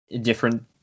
different